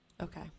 Okay